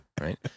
right